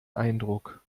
eindruck